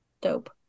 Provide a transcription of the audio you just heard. dope